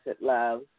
love